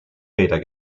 räder